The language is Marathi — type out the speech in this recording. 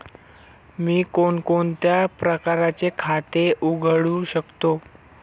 मी कोणकोणत्या प्रकारचे खाते उघडू शकतो?